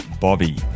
Bobby